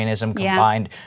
Combined